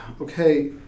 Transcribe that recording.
okay